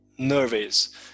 nervous